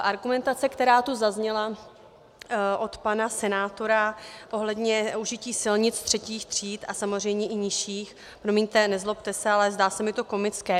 Argumentace, která tu zazněla od pana senátora ohledně užití silnic třetích tříd a samozřejmě i nižších, promiňte, nezlobte se, ale zdá se mi to komické.